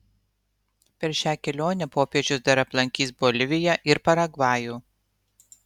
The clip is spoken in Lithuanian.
per šią kelionę popiežius dar aplankys boliviją ir paragvajų